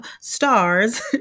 stars